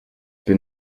bin